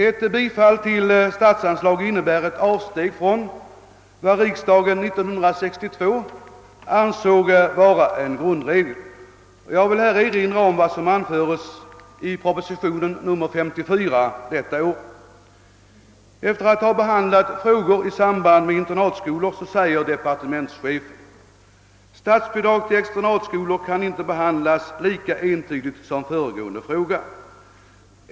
Ett bifall till förslaget om statsanslag skulle innebära ett avsteg från vad riksdagen år 1962 ansåg vara en grundregel. Jag vill erinra om vad som anfördes i proposition nr 54 till 1962 års riksdag. Efter att ha behandlat frågor i samband med internatskolan uttalar departementschefen: »Statsbidrag till externatskolor kan inte behandlas lika entydigt som föregående fråga.